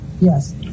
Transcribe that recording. Yes